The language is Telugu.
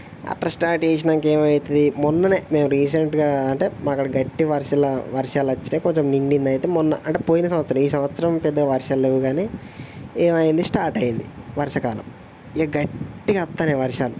అలా స్టార్ట్ చేసినాక ఏమవుతుంది మొన్ననే మేము రీసెంట్గా అంటే మా కాడా గట్టి వర్షాల వర్షాలొచ్చిన్నాయి కొంచెం నిండిదైతే మొన్న అంటే పోయిన సంవత్సరం ఈ సంవత్సరం పెద్దగా వర్షాలు లేవు కానీ ఏమైంది స్టార్ట్ అయ్యింది వర్షాకాలం ఇక గట్టిగా వస్తున్నాయి వర్షాలు